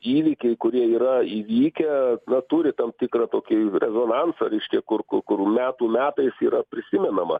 įvykiai kurie yra įvykę na turi tam tikrą tokį nonansą reiškia kur kur metų metais yra prisimenama